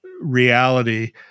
reality